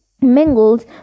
mingled